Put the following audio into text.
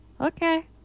Okay